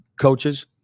coaches